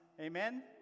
Amen